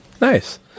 Nice